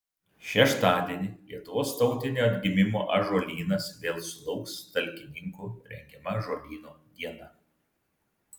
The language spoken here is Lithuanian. šeštadienį lietuvos tautinio atgimimo ąžuolynas vėl sulauks talkininkų rengiama ąžuolyno diena